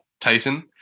Tyson